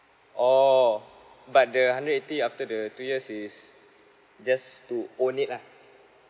oh but the hundred eighty after the two years is just to own it lah